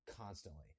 constantly